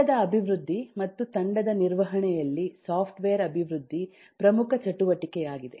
ತಂಡದ ಅಭಿವೃದ್ಧಿ ಮತ್ತು ತಂಡದ ನಿರ್ವಹಣೆಯಲ್ಲಿ ಸಾಫ್ಟ್ವೇರ್ ಅಭಿವೃದ್ಧಿ ಪ್ರಮುಖ ಚಟುವಟಿಕೆಯಾಗಿದೆ